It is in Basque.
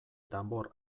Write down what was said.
danbor